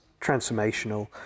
transformational